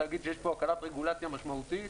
יש פה הקלת רגולציה משמעותית.